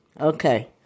Okay